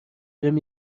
بهم